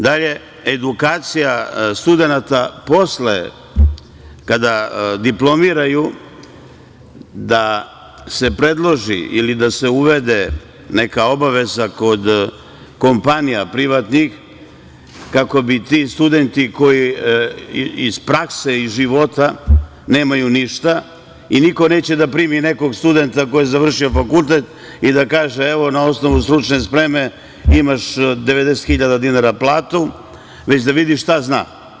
Dalje, edukacija studenata kada diplomiraju, da se predloži ili da se uvede neka obaveza kod kompanija privatnih kako bi ti studenti koji iz prakse, iz života nemaju ništa i niko neće da primi nekog studenta koji je završio fakultet i da kaže – evo, na osnovu stručne spreme imaš 90 hiljada dinara platu, već da vidim šta zna.